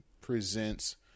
presents